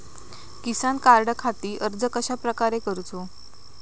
किसान कार्डखाती अर्ज कश्याप्रकारे करूचो?